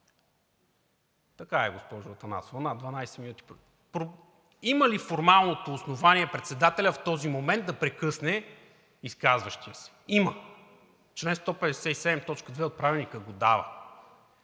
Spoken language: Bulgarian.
Така е, госпожо Атанасова, над 12 минути. Има ли формалното основание председателят в този момент да прекъсне изказващия се? Има – чл. 157, т. 2 от Правилника го дава.